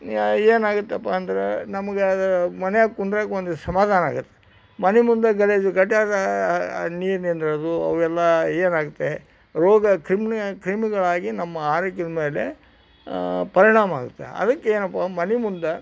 ಏ ಏನಾಗುತ್ತಪ್ಪ ಅಂದರೆ ನಮ್ಗೆ ಮನ್ಯಾಗ ಕುಂದ್ರಕ್ಕೆ ಒಂದು ಸಮಾಧಾನ ಆಗತ್ತೆ ಮನೆ ಮುಂದೆ ಗಲೀಜು ಗಟ್ಯಾಗ ನೀರು ನಿಂದ್ರೋದು ಅವೆಲ್ಲ ಏನಾಗುತ್ತೆ ರೋಗ ಕ್ರಿಮ್ಣಯ ಕ್ರಿಮಿಗಳಾಗಿ ನಮ್ಮ ಆರೋಗ್ಯದ ಮೇಲೆ ಪರಿಣಾಮ ಆಗುತ್ತೆ ಅದಕ್ಕೆ ಏನಪ್ಪ ಮನೆ ಮುಂದೆ